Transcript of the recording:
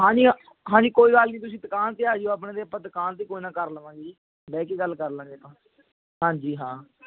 ਹਾਂਜੀ ਹਾਂਜੀ ਕੋਈ ਗੱਲ ਨਹੀਂ ਤੁਸੀਂ ਦੁਕਾਨ 'ਤੇ ਆ ਜਾਇਓ ਆਪਣੇ 'ਤੇ ਆਪਾਂ ਦੁਕਾਨ 'ਤੇ ਕੋਈ ਨਾ ਕਰ ਲਵਾਂਗੇ ਜੀ ਬਹਿ ਕੇ ਗੱਲ ਕਰ ਲਵਾਂਗੇ ਹਾਂਜੀ ਹਾਂ